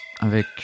avec